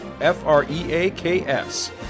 F-R-E-A-K-S